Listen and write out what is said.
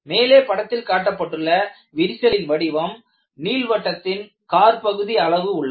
மேலே படத்தில் காட்டப்பட்டுள்ள விரிசலின் வடிவம் நீள்வட்டத்தின் காற்பகுதி அளவு உள்ளது